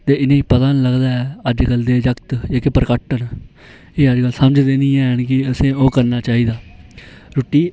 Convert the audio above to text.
ते इनेंगी पता नेईं लगदा ऐ अजकल दे जागत जेहके प्रगट्ट न एह् अजकल समझदे नेई हैन कि असें ओह् करना चाहिदा रुट्टी